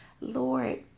Lord